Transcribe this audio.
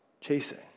chasing